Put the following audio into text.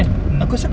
mm